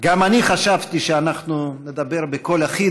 גם אני חשבתי שאנחנו נדבר בקול אחיד